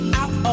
out